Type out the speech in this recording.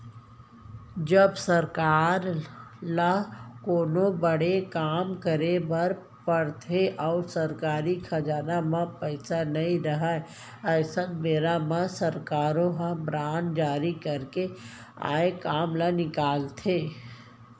जब सरकार ल कोनो बड़े काम करे बर परथे अउ सरकारी खजाना म पइसा नइ रहय अइसन बेरा म सरकारो ह बांड जारी करके आए काम ल निकालथे